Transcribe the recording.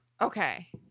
Okay